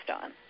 on